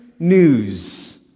news